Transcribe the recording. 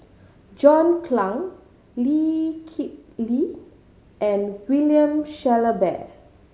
John Clang Lee Kip Lee and William Shellabear